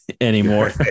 anymore